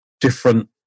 different